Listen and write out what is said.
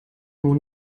nur